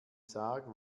sarg